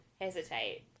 hesitate